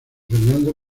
fernando